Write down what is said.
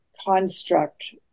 construct